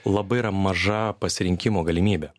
labai yra maža pasirinkimo galimybė